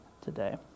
today